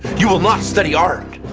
you will not study art.